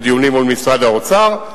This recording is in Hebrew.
יש דיונים מול משרד האוצר,